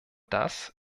das